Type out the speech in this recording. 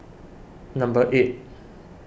number eight